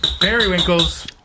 Periwinkles